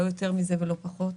לא יותר מזה ולא פחות.